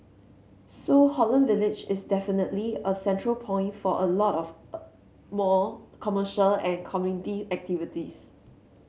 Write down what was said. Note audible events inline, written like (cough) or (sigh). so Holland Village is definitely a central point for a lot of (hesitation) more commercial and community activities